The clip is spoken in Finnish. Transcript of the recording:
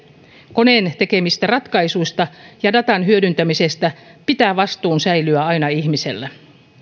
koneen tekemistä ratkaisuista ja datan hyödyntämisestä pitää vastuun säilyä aina ihmisellä